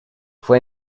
fue